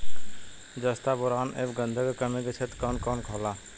जस्ता बोरान ऐब गंधक के कमी के क्षेत्र कौन कौनहोला?